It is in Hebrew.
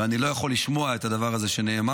ואני לא יכול לשמוע את הדבר הזה שנאמר.